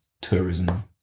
tourism